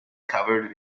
covered